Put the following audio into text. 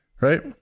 Right